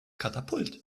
katapult